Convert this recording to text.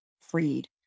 freed